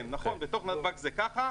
כן, בתוך נתב"ג זה ככה.